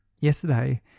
Yesterday